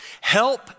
Help